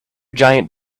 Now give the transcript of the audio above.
giant